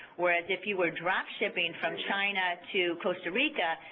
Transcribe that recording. whereas if you were drop shipping from china to costa rica,